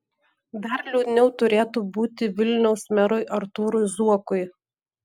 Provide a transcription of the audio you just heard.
dar liūdniau turėtų būti vilniaus merui artūrui zuokui